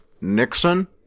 Nixon